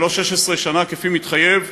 ולא 16 שנה כפי שמתחייב,